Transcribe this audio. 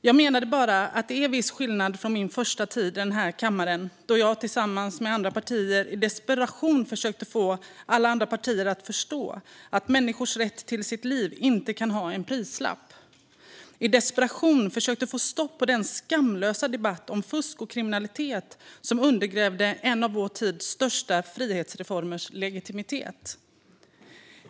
Jag menade bara att det är viss skillnad jämfört med min första tid i denna kammare då jag tillsammans med andra partier i desperation försökte få alla andra partier att förstå att människors rätt till sitt liv inte kan ha en prislapp. I desperation försökte vi få stopp på den skamlösa debatt om fusk och kriminalitet som undergrävde en av vår tids största frihetsreformers legitimitet.